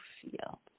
feel